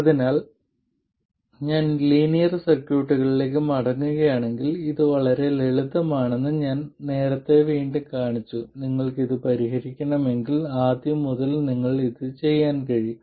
അതിനാൽ ഞാൻ ലീനിയർ സർക്യൂട്ടിലേക്ക് മടങ്ങുകയാണെങ്കിൽ ഇത് വളരെ ലളിതമാണെന്ന് ഞാൻ നേരത്തെ വീണ്ടും കാണിച്ചു നിങ്ങൾക്ക് ഇത് പരിഹരിക്കണമെങ്കിൽ ആദ്യം മുതൽ നിങ്ങൾക്ക് ഇത് ചെയ്യാൻ കഴിയും